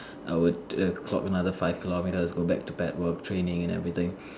I would d~ err clock another five kilometres go back to back work training and everything